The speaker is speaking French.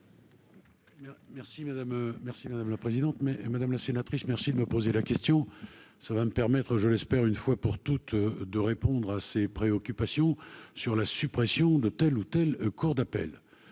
merci madame la présidente, mais madame la sénatrice, merci de me poser la question, ça va me permettre, je l'espère, une fois pour toutes, de répondre à ces préoccupations sur la suppression de telle ou telle cour d'appel